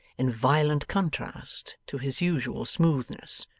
in violent contrast to his usual smoothness,